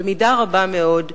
במידה רבה מאוד,